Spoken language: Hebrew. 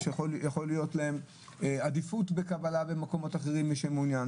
יכול להיות עדיפות בקבלה ובמקומות אחרים מי שמעוניין,